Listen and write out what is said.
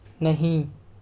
نہیں